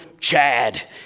Chad